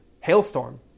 hailstorm